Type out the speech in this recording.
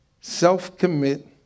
self-commit